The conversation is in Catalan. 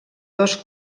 dos